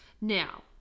Now